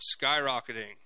skyrocketing